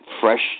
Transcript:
fresh